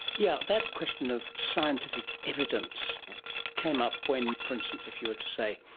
yeah that question of scientific evidence came up when, for instance, if you were to say,